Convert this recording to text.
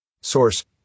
Source